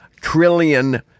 trillion